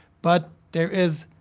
but there is.